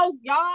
y'all